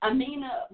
Amina